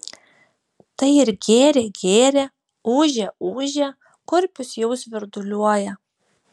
tai ir gėrė gėrė ūžė ūžė kurpius jau svirduliuoja